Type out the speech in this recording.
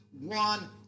one